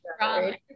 right